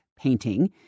painting